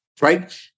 right